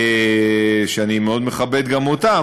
שאני מכבד גם אותם.